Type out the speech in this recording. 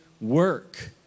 work